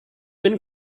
been